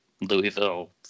Louisville